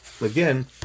again